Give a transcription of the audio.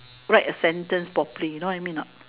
write a sentence properly you know what I mean or not